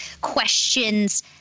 questions